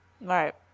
Right